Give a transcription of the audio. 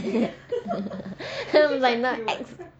no I'm like no x